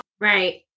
Right